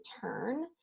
turn